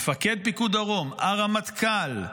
מפקד פיקוד דרום, הרמטכ"ל,